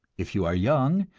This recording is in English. if you are young,